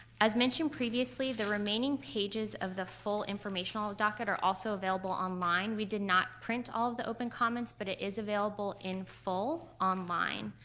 as mentioned previously, the remaining pages of the full informational docket are also available online. we did not print all of the open comments but it is available in full online.